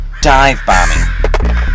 dive-bombing